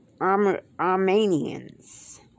Armenians